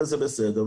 וזה בסדר,